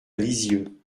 lisieux